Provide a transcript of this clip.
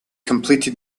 completed